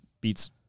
beats